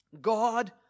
God